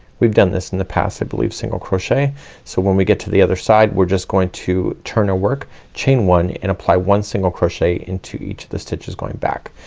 we've done this in the past i believe, single crochet so when we get to the other side we're just going to turn our work chain one and apply one single crochet into each of the stitches going back.